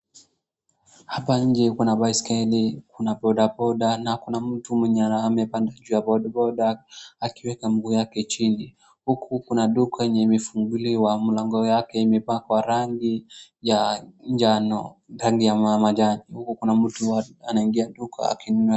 Hapa nje kuna baiskeli, kuna bodaboda, na kuna mtu mwenye amepanda juu ya bodaboda akiweka mguu yake chini. Huku kuna duka yenye imefunguliwa. Mlango yake imepakwa rangi ya jano ndani ya majani. Huku kuna mtu anaingia duka akinunua.